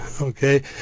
okay